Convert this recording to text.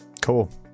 Cool